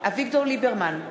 אביגדור ליברמן,